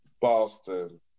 Boston